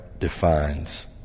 defines